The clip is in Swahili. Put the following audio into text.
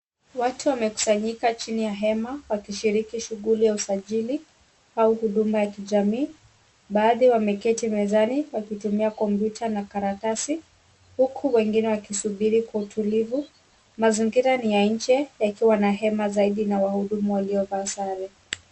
Watu wamekusanyika chini ya hema wakishiriki shughli ya usajili ,au huduma ya kijamii ,baadhi wameketi mezani wakitumia kompyuta na karatasi, huku wengine wakisubiri kwa utulivu, mazingira ni ya nje yakiwa na hema na wahudumu waliovaa sare.